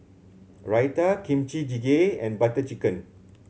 Raita Kimchi Jjigae and Butter Chicken